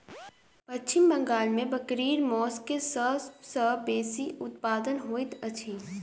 पश्चिम बंगाल में बकरीक मौस के सब सॅ बेसी उत्पादन होइत अछि